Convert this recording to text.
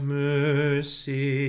mercy